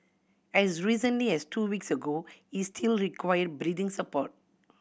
as recently as two weeks ago he still required breathing support